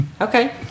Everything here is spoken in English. Okay